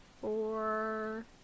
Four